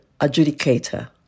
adjudicator